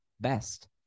best